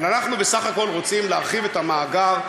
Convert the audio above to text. אבל אנחנו בסך הכול רוצים להרחיב את המאגר,